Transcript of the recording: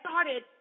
started